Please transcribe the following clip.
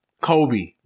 Kobe